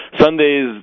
Sundays